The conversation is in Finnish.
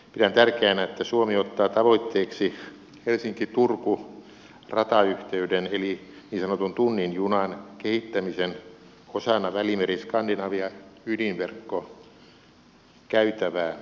pidän tärkeänä että suomi ottaa tavoitteeksi helsinkiturku ratayhteyden eli niin sanotun tunnin ju nan kehittämisen osana välimeriskandinavia ydinverkkokäytävää